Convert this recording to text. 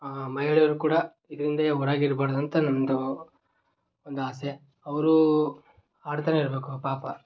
ಮಹಿಳೆಯರು ಕೂಡ ಇದ್ರಿಂದ ಹೊರಗೆ ಇರಬಾರ್ದಂತ ನನ್ನದು ಒಂದು ಆಸೆ ಅವರೂ ಆಡ್ತಲೇ ಇರಬೇಕು ಪಾಪ